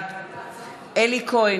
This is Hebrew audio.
בעד אלי כהן,